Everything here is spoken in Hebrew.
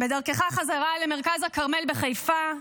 בדרכך חזרה למרכז הכרמל בחיפה,